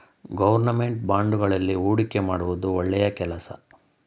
government ಬಾಂಡುಗಳಲ್ಲಿ ಹೂಡಿಕೆ ಮಾಡುವುದು ಒಳ್ಳೆಯ ಕೆಲಸ